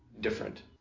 different